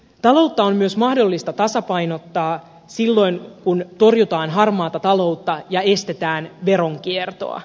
taloutta on myös mahdollista tasapainottaa silloin kun torjutaan harmaata taloutta ja estetään veronkiertoa